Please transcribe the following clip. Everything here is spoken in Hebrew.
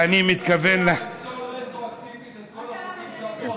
אני מציע לפסול רטרואקטיבית את כל החוקים שעברו אחרי חצות.